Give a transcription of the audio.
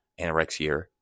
anorexia